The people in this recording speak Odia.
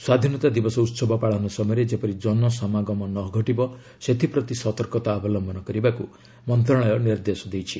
ସ୍ୱାଧୀନତା ଦିବସ ଉହବ ପାଳନ ସମୟରେ ଯେପରି ଜନସମାଗମ ନ ଘଟିବ ସେଥିପ୍ରତି ସତର୍କତା ଅବଲମ୍ଘନ କରିବାକୁ ମନ୍ତ୍ରଣାଳୟ ନିର୍ଦ୍ଦେଶ ଦେଇଛି